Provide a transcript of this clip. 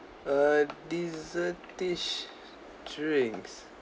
err dessert ish drinks